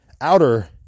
outer